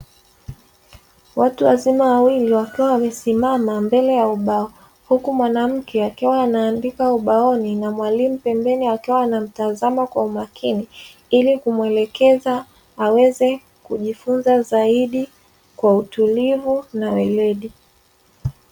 Watu wazima wawili wakiwa wamesimama mbele ya ubao, huku mwanamke akiwa anaandika ubaoni na mwalimu pembeni akiwa anamtazama kwa umakini, ili kumwelekeza aweze kujifunza zaidi kwa utulivu na weledi.